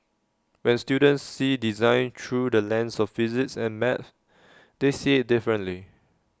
when students see design through the lens of physics and maths they see IT differently